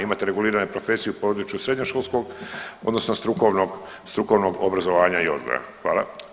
Imate reguliranu profesiju u području srednjoškolskog odnosno strukovnog obrazovanja i odgoja.